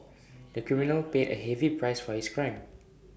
the criminal paid A heavy price for his crime